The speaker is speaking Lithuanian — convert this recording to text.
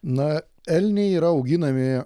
na elniai yra auginami